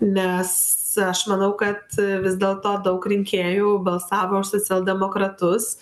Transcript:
nes aš manau kad vis dėlto daug rinkėjų balsavo už socialdemokratus